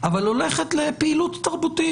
אבל הולכת לפעילות תרבותית,